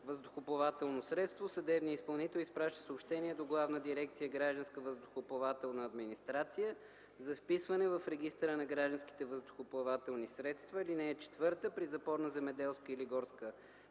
въздухоплавателно средство съдебният изпълнител изпраща съобщение до Главна дирекция „Гражданска въздухоплавателна администрация” за вписване в регистъра на гражданските въздухоплавателни средства. (4) При запор на земеделска или горска